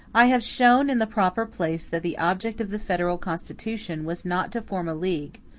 i have shown in the proper place that the object of the federal constitution was not to form a league,